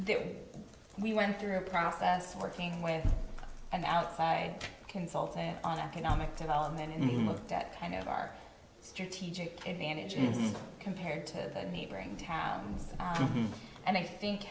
there we went through a process working with an outside consultant on economic development and he looked at kind of our strategic advantages compared to neighboring towns and i think